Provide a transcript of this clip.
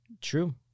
True